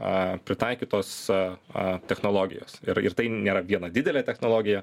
a pritaikytos a a technologijos ir ir tai nėra viena didelė technologija